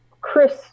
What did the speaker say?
Chris